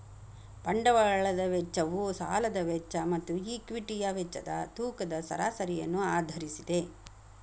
ಬಂಡವಾಳದ ವೆಚ್ಚವು ಸಾಲದ ವೆಚ್ಚ ಮತ್ತು ಈಕ್ವಿಟಿಯ ವೆಚ್ಚದ ತೂಕದ ಸರಾಸರಿಯನ್ನು ಆಧರಿಸಿದೆ